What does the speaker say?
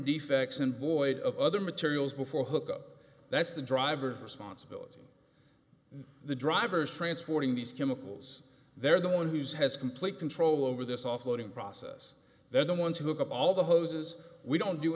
defects and void of other materials before hook up that's the driver's responsibility the driver's transporting these chemicals they're the one who's has complete control over this offloading process they're the ones who look up all the hoses we don't do